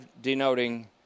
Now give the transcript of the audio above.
denoting